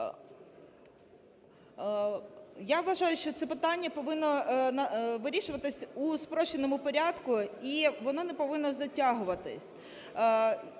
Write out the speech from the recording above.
Я вважаю, що це питання повинно вирішуватися у спрощеному порядку, і воно не повинно затягуватися.